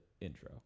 intro